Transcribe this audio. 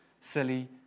silly